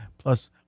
plus